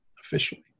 officially